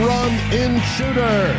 Run-In-Shooter